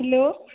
hello